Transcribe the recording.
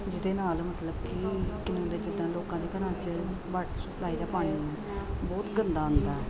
ਜਿਹਦੇ ਨਾਲ ਮਤਲਬ ਕਿ ਕਿਵੇਂ ਦਾ ਜਿੱਦਾਂ ਲੋਕਾਂ ਦੇ ਘਰਾਂ 'ਚ ਵਾਟਰ ਸਪਲਾਈ ਦਾ ਪਾਣੀ ਬਹੁਤ ਗੰਦਾ ਆਉਂਦਾ